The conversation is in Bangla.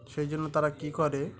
সেই জন্য তারা কী করে